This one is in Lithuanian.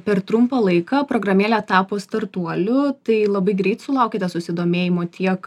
per trumpą laiką programėlė tapo startuoliu tai labai greit sulaukėte susidomėjimo tiek